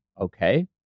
Okay